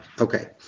Okay